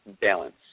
balance